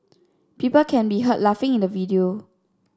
people can be heard laughing in the video